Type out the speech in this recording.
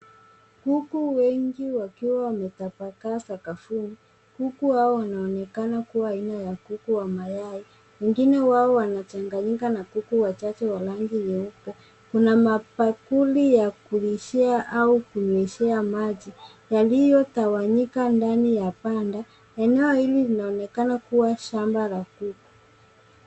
Kuku wengi wakiwa wametapakaa sakafuni. Kuku hao wanaonekana kuwa aina ya kuku wa mayai. Wengine wao wanachanganyika na kuku wachache wa rangi nyeupe. Kuna mabakuli ya kulishia au kunyweshea maji, yaliyotawanyika ndani ya banda. Eneo hili linaonekana kuwa shamba la kuku.